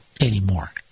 anymore